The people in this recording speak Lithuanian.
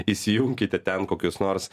įsijunkite ten kokius nors